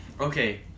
Okay